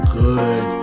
good